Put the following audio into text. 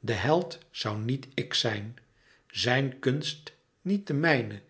de held zoû niet ik zijn zijn kunst niet de mijne